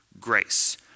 grace